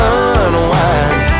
unwind